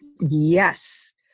yes